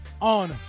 on